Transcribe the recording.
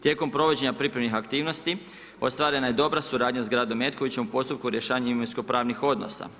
Tijekom provođenja pripremnih aktivnost ostvarena je dobra suradnja sa gradom Metkovićem u postupku rješavanja imovinsko-pravnih odnosa.